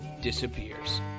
disappears